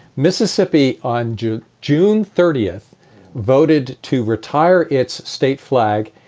mississippi on june june thirtieth voted to retire its state flag.